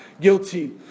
guilty